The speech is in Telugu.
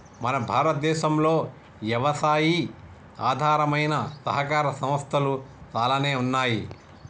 మన భారతదేసంలో యవసాయి ఆధారమైన సహకార సంస్థలు సాలానే ఉన్నాయి